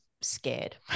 scared